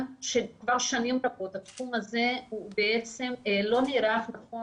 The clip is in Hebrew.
שכבר שנים רבות התחום הזה לא נערך נכון.